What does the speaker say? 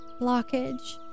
blockage